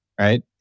right